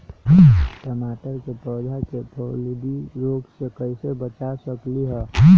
टमाटर के पौधा के फफूंदी रोग से कैसे बचा सकलियै ह?